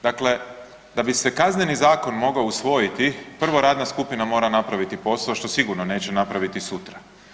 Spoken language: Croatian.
Dakle, da bi se Kazneni zakon mogao usvojiti prvo radna skupina mora napraviti posao što sigurno neće napraviti sutra.